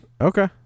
Okay